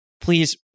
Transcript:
please